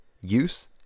use